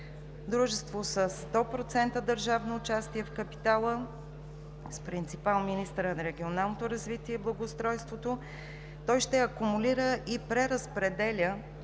дружество със 100% държавно участие в капитала, с принципал министърът на регионалното развитие и благоустройството. Той ще акумулира и преразпределя